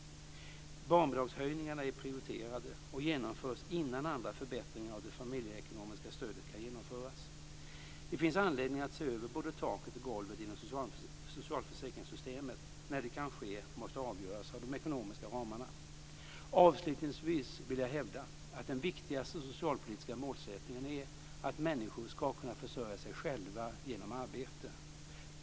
Barnbidragshöjningarna är prioriterade och genomförs innan andra förbättringar av det familjeekonomiska stödet kan genomföras. Det finns anledning att se över både taket och golvet inom socialförsäkringssystemet, när det kan ske måste avgöras av de ekonomiska ramarna. Avslutningsvis vill jag hävda att den viktigaste socialpolitiska målsättningen är att människor ska kunna försörja sig själva genom arbete.